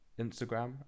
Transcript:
Instagram